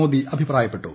മോദി അഭിപ്രായപ്പെട്ടു